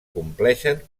compleixen